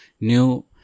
new